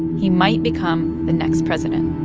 he might become the next president